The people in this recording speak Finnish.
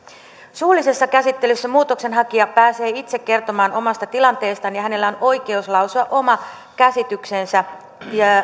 suullisessa käsittelyssä muutoksenhakija pääsee itse kertomaan omasta tilanteestaan ja hänellä on oikeus lausua oma käsityksensä